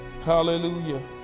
Hallelujah